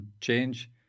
change